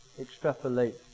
extrapolate